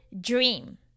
dream